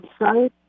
website